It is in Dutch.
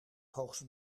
hoogste